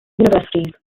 universities